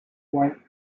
white